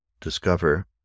discover